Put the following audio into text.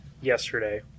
yesterday